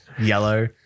Yellow